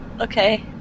okay